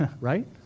right